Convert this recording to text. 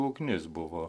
ugnis buvo